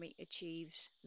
achieves